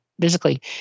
physically